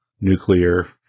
nuclear